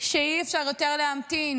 שאי-אפשר יותר להמתין,